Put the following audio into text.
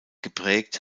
geprägt